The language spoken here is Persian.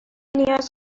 نیاز